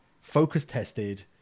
focus-tested